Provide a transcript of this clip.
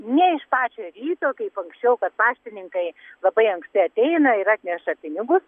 ne iš pačio ryto kaip anksčiau kad paštininkai labai anksti ateina ir atneša pinigus